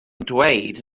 dweud